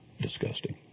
disgusting